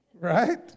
right